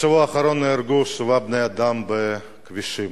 תודה, בשבוע האחרון נהרגו שבעה בני-אדם בכבישים,